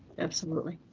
absolutely.